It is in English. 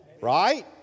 right